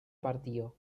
partio